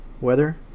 weather